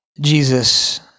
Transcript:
Jesus